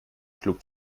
schlug